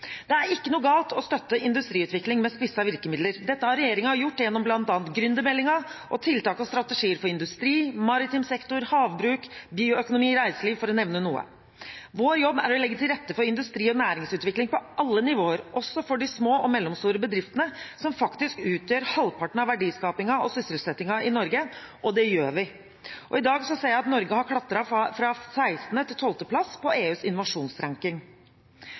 Det er ikke noe galt i å støtte industriutvikling med spissede virkemidler. Det har regjeringen gjort bl.a. gjennom gründermeldingen og tiltak og strategier for industri, maritim sektor, havbruk, bioøkonomi og reiseliv, for å nevne noe. Vår jobb er å legge til rette for industri og næringslivsutvikling på alle nivåer, også for de små og mellomstore bedriftene, som faktisk utgjør halvparten av verdiskapingen og sysselsettingen i Norge – og det gjør vi. I dag ser vi at Norge har klatret fra 16. til 12. plass på EUs